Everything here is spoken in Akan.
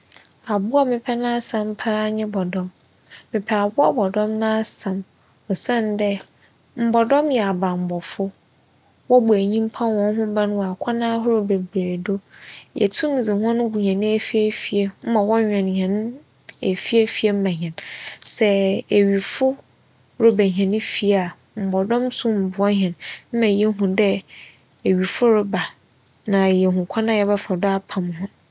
Abowa a mepɛ n'asɛm paa nye bͻdͻm. Mepɛ abowa bͻdͻm n'asɛm osiandɛ mbͻdͻm yɛ abambͻfo. Wͻbͻ enyimpa hͻn ho ban wͻ akwan ahorow bebiree do. Yetum dze hͻn gu hɛn efiefie mu ma wͻweͻn hɛn efiefie ma hɛn. Sɛ ewifo reba hɛn fie a, mbͻdͻm tum boa hɛn ma yehu dɛ ewifo reba na yeehu kwan a yɛbɛfa do apam hͻn.